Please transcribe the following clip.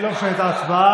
לא משנה את ההצבעה.